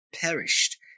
perished